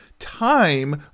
time